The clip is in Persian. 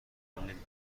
نمیکنیم